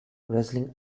wrestling